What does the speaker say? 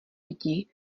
vidí